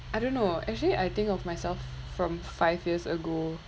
I don't know actually I think of myself from five years ago